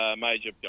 major